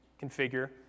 configure